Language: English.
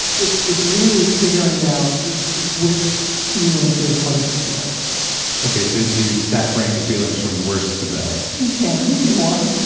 it's it's really figuring out which feeling feels hardest to bear okay, so you you stack rank the feelings from worst to best you can and if you want.